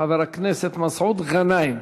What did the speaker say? חבר הכנסת מסעוד גנאים.